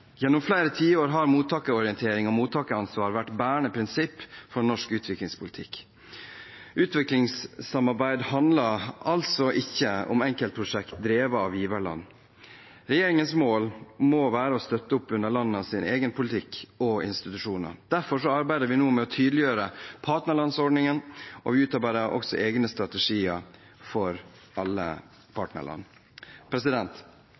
Gjennom flere tiår har mottakerorientering og mottakeransvar vært bærende prinsipper for norsk utviklingspolitikk. Utviklingssamarbeid handler altså ikke om enkeltprosjekter drevet av giverland. Regjeringens mål må være å støtte opp under landenes egen politikk og institusjoner. Derfor arbeider vi nå med å tydeliggjøre partnerlandsordningen, og vi utarbeider også egne strategier for alle